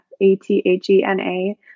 A-T-H-E-N-A